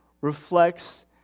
reflects